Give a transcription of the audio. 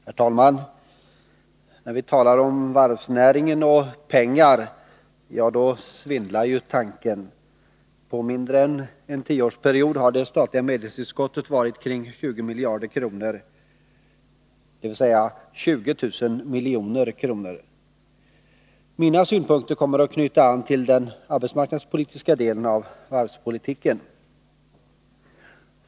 Herr talman! När vi talar om varvsnäringen och pengar, ja, då svindlar tanken. På mindre än tio år har det statliga medelstillskottet varit kring 20 miljarder kronor, dvs. 20 000 milj.kr.! Mina synpunkter kommer att knyta an till den arbetsmarknadspolitiska delen av varvspolitiken.